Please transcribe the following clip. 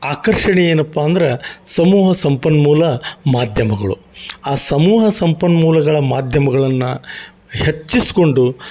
ಆಕರ್ಷಣೆ ಏನಪ್ಪ ಅಂದ್ರೆ ಸಮೂಹ ಸಂಪನ್ಮೂಲ ಮಾಧ್ಯಮಗಳು ಆ ಸಮೂಹ ಸಂಪನ್ಮೂಲಗಳ ಮಾಧ್ಯಮ ಹೆಚ್ಚಿಸ್ಕೊಂಡು